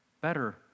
better